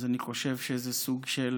אז אני חושב שזה סוג של